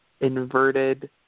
inverted